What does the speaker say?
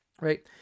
right